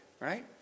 right